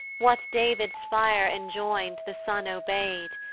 what david's fire enjoin'd the son obey'd,